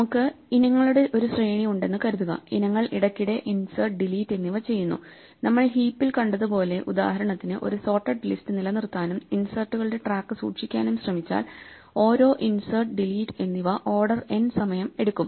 നമുക്ക് ഇനങ്ങളുടെ ഒരു ശ്രേണി ഉണ്ടെന്ന് കരുതുക ഇനങ്ങൾ ഇടയ്ക്കിടെ ഇൻസേർട്ട് ഡിലീറ്റ് എന്നിവ ചെയ്യുന്നു നമ്മൾ ഹീപ്പിൽ കണ്ടതുപോലെ ഉദാഹരണത്തിന് ഒരു സോർട്ടഡ് ലിസ്റ്റ് നിലനിർത്താനും ഇൻസേർട്ടുകളുടെ ട്രാക്ക് സൂക്ഷിക്കാനും ശ്രമിച്ചാൽ ഓരോ ഇൻസേർട്ട് ഡിലീറ്റ് എന്നിവ ഓർഡർ n സമയം എടുക്കും